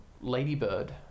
ladybird